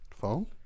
Phone